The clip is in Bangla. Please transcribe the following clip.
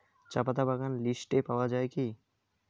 চাপাতা বাগান লিস্টে পাওয়া যায় কি?